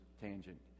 tangent